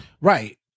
Right